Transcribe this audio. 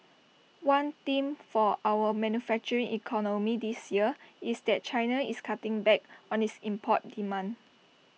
one theme for our manufacturing economy this year is that China is cutting back on its import demand